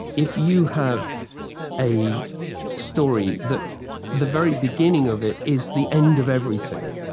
if you have a story, that the very beginnings of it, is the end of everything.